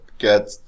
get